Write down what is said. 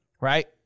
right